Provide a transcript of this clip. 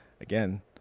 again